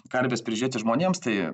karves prižiūrėti žmonėms tai